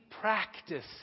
practice